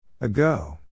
Ago